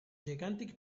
gigantic